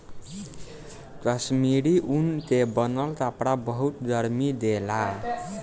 कश्मीरी ऊन के बनल कपड़ा बहुते गरमि देला